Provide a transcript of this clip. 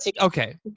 Okay